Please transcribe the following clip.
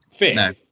no